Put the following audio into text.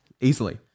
Easily